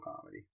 comedy